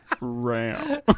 Ram